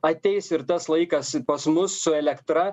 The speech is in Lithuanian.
ateis ir tas laikas pas mus su elektra